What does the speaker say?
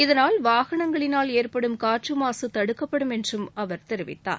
இதனால் வாகனங்களினால் ஏற்படும் காற்று மாசு தடுக்கப்படும் என்றும் அவர் கூறினார்